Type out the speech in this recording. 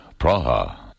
Praha